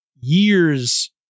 years